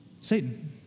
Satan